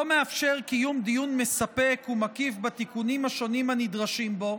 מאפשר קיום דיון מספק ומקיף בתיקונים השונים הנדרשים בו,